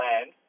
land